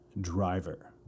driver